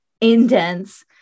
indents